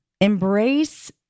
Embrace